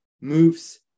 moves